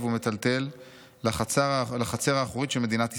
ומטלטל לחצר האחורית של מדינת ישראל.